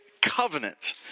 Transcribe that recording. covenant